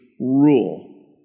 rule